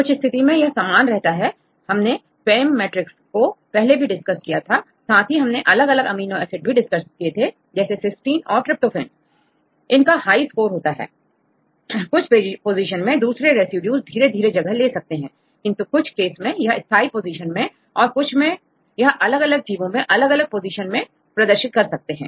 कुछ स्थिति में यह समान रहता है हमने PAM मेट्रिक को पहले भी डिस्कस किया है साथ ही हमने अलग अलग अमीनो एसिड भी डिस्कस किए हैं जैसे सिस्टीन और ट्रीप्टोफन इन का हाई स्कोर होता है कुछ पोजीशन में दूसरे रेसिड्यू धीरे धीरे जगह ले सकते हैं किंतु कुछ केस मैं यह स्थाई पोजीशन में और कुछ मैं यह अलग अलग जीवो में अलग अलग पोजीशन प्रदर्शित करते हैं